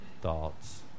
thoughts